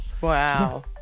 Wow